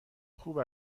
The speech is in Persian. خوب